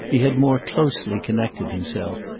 he had more closely connected himself,